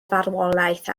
farwolaeth